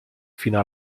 fino